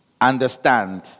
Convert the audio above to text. Understand